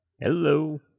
Hello